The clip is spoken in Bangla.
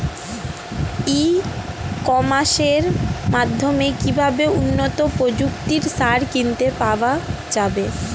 ই কমার্সের মাধ্যমে কিভাবে উন্নত প্রযুক্তির সার কিনতে পাওয়া যাবে?